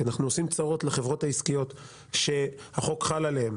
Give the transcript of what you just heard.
כי אנחנו עושים צרות לחברות העסקיות שהחוק חל עליהן